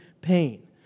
pain